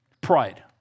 Pride